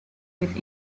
with